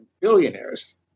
billionaires